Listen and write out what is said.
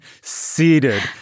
seated